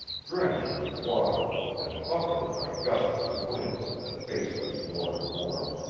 drenched with water and buffeted by gusts of wind that faced us more and more,